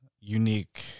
unique